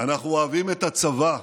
אנחנו אוהבים את הצבא,